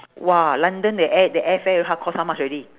!wah! london the air the air fare ho~ cost how much already